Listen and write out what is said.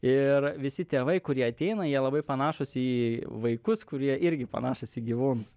ir visi tėvai kurie ateina jie labai panašūs į vaikus kurie irgi panašūs į gyvūnus